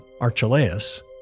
Archelaus